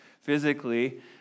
physically